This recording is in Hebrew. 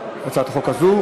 הצעת החוק הזאת?